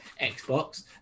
Xbox